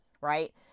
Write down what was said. right